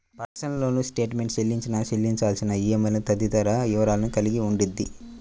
personal loan statement చెల్లించిన, చెల్లించాల్సిన ఈఎంఐలు తదితర వివరాలను కలిగి ఉండిద్ది